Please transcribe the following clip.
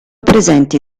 presenti